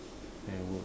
then I work